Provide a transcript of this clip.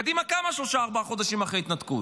קדימה קמה שלושה-ארבעה חודשים אחרי ההתנתקות.